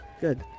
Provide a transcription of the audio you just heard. Good